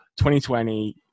2020